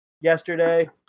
yesterday